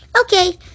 okay